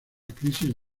crisis